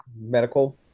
Medical